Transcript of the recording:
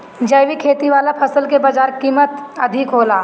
जैविक खेती वाला फसल के बाजार कीमत अधिक होला